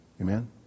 Amen